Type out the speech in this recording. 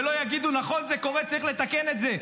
ולא יגידו: נכון, זה קורה, צריך לתקן את זה.